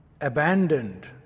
abandoned